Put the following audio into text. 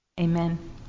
Amen